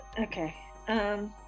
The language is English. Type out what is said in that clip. okay